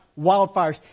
wildfires